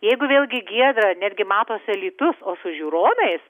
jeigu vėlgi giedra netgi matosi alytus o su žiūronais